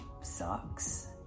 sucks